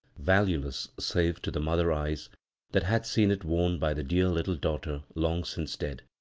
vajueless save to the mother eyes that had seen it worn by the dear little daughter long since dead.